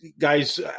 Guys